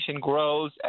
grows